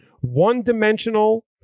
one-dimensional